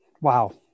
Wow